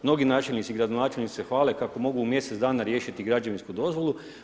Mnogi načelnici i gradonačelnici se hvale kako mogu u mjesec dana riješiti građevinsku dozvolu.